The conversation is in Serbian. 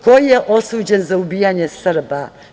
Ko je osuđen za ubijanje Srba?